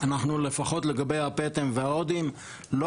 אנחנו לפחות לגבי הפטם וההודים לא